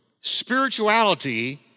Spirituality